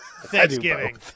Thanksgiving